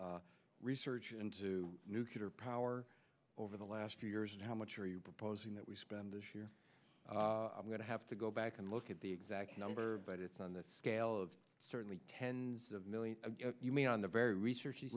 on research into nuclear power over the last few years and how much are you proposing that we spend this year i'm going to have to go back and look at the exact number but it's on the scale of certainly tens of millions of you mean on the very research